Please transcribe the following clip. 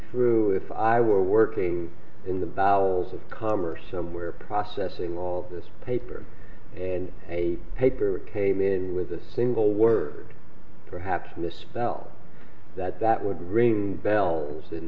through if i were working in the bowels of commerce somewhere processing all this paper and a paper came in with a single word perhaps misspell that that would ring bells in